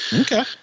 Okay